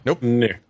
Nope